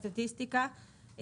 סטטיסטיקה,